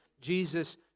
Jesus